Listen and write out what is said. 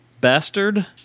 Bastard